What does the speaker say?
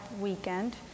weekend